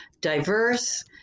diverse